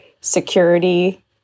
security